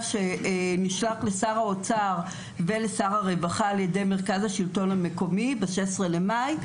שנשלח לשר האוצר ולשר הרווחה על ידי מרכז השלטון המקומי ב-16 במאי,